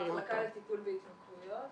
המחלקה לטיפול בהתמכרויות.